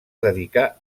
dedicar